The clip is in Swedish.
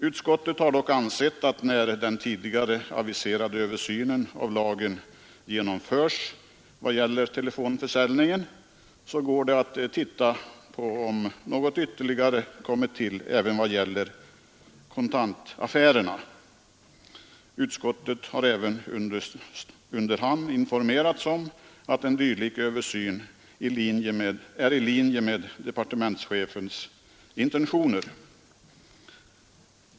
Utskottet har dock ansett att när den tidigare aviserade översynen av lagen genomförs med avseende på telefonförsäljningen bör man se efter om några ytterligare omständigheter tillkommit även när det gäller kontantförsäljning. Utskottet har även under hand informerats om att en dylik översyn är i linje med departementschefens intentioner.